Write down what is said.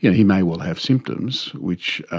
yeah he may well have symptoms which